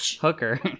hooker